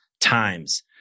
times